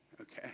Okay